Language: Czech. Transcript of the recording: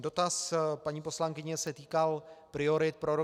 Dotaz paní poslankyně se týkal priorit pro rok 2017.